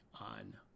on